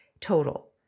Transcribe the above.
total